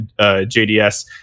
JDS